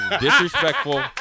disrespectful